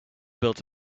built